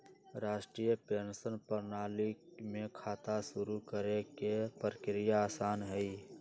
राष्ट्रीय पेंशन प्रणाली में खाता शुरू करे के प्रक्रिया आसान हई